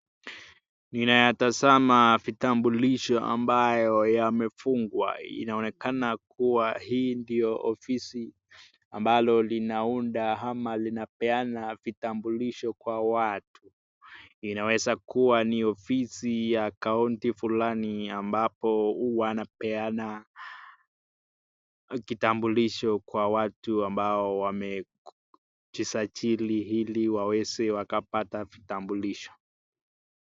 Ninayatazama vitambulisho ambayo yamefungwa. Inaonekana kuwa hii ndio ofisi ambalo linaunda au linapeana vitambulisho kwa watu. Inaweza kuwa ni ofisi ya kaunti fulani ambapo wanapeana kitambulisho kwa watu waliojisajili ili wawezekupata vitambulisho.